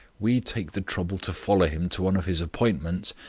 we take the trouble to follow him to one of his appointments,